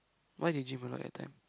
why you gym a lot that time